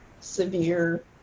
severe